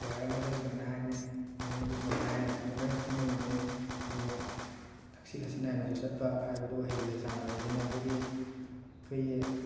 player ꯑꯃꯗ ꯁꯨꯃꯥꯏꯅ ꯍꯥꯏꯅꯤ ꯃꯤꯉꯣꯟꯗ ꯁꯨꯃꯥꯏꯅ ꯍꯥꯏꯅꯤ ꯍꯥꯏꯕꯗꯨ ꯂꯣꯏꯅ ꯈꯪꯕ ꯉꯝꯃꯤ ꯑꯗꯨꯒ ꯊꯛꯁꯤ ꯈꯥꯁꯤ ꯅꯥꯏꯅꯁꯨ ꯆꯠꯄ ꯍꯥꯏꯕꯗꯨ ꯑꯣꯏꯍꯜꯂꯤ ꯁꯥꯟꯅꯕꯁꯤꯅ ꯑꯗꯨꯒꯤ ꯑꯩꯈꯣꯏꯒꯤ